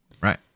Right